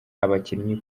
abakinnyi